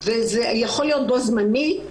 וזה יכול להות בו זמנית,